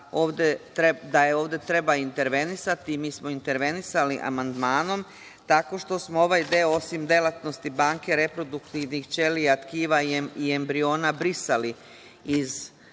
da ovde treba intervenisati, mi smo intervenisali Amandmanom, tako što smo ovaj deo, osim delatnosti banke reproduktivnih ćelija tkiva i embriona, brisali iz ovog